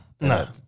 no